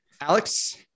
Alex